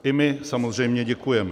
I my samozřejmě děkujeme.